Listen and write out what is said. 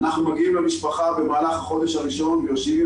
אנחנו מגיעים למשפחה במהלך החודש הראשון ויושבים